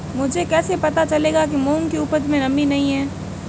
मुझे कैसे पता चलेगा कि मूंग की उपज में नमी नहीं है?